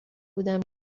بودم